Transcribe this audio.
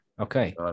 Okay